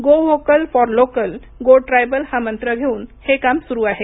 go vocal for local go tribal हा मंत्र घेऊन हे काम सुरू आहे